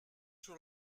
sur